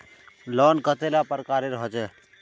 Loan कतेला प्रकारेर होचे?